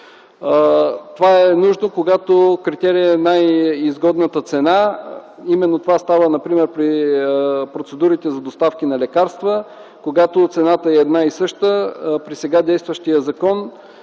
Това е нужно, когато критерият е най-изгодната цена, например при процедурите за доставки на лекарства. Когато цената е една и съща, при сега действащия закон